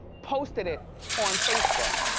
posted it on facebook.